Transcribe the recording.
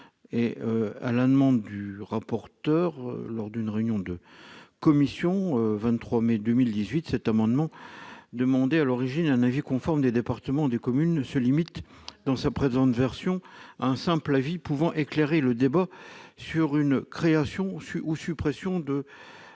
À la demande de M. le rapporteur, lors de la réunion de la commission du 23 mai 2018, cet amendement, qui visait à l'origine un avis conforme des départements et des communes, tend à se limiter, dans sa présente version, à un simple avis pouvant éclairer le débat sur une création ou suppression de